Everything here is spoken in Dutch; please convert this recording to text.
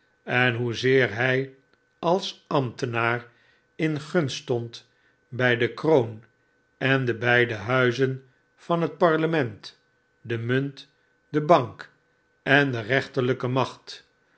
en hoezeer hij als ambtenaar in gunst stond bij de kroon de beide huizen van het parlement de munt de bank en de rechterlijke macht